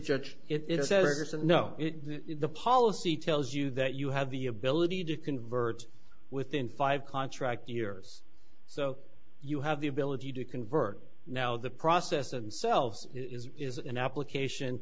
know the policy tells you that you have the ability to convert within five contract years so you have the ability to convert now the process them selves is is an application